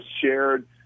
shared